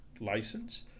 license